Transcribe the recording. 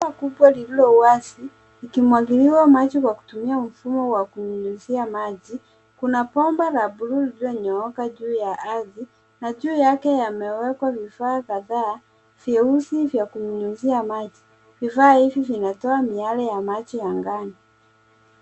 Kubwa lililo wazi likimwagiliwa maji kwa kutumia mfumo wa kunyunyizia maji. Kuna bomba la bluu lililo nyooka juu ya ardhi na juu yake yamewekwa vifaa kadhaa vyeusi vya kunyunyizia maji. Vifaa hivi vinatoa miale ya maji angani.